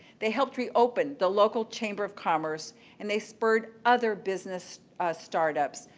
they helped reopened the local chamber of commerce and they spurred other business startups,